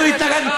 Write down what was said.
אנחנו התנגדנו.